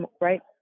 right